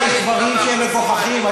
יש דברים שהם מגוחכים.